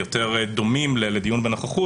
יותר דומים לדיון בנוכחות,